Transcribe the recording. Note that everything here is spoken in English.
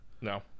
No